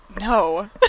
no